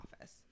office